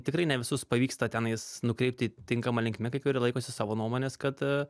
tikrai ne visus pavyksta tenais nukreipti tinkama linkme kai kurie laikosi savo nuomonės kad